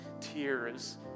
tears